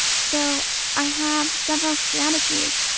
so i have several strategies.